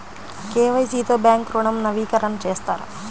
KYC తో bank ఋణం నవీకరణ చేస్తారా?